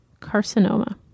carcinoma